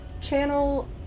channel